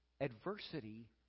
adversity